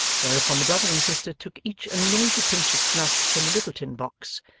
whereupon the brother and sister took each a noisy pinch of snuff from the little tin box,